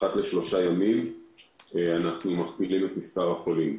אחת לשלושה ימים אנחנו מכפילים את מספר החולים,